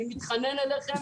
אני מתחנן אליכם,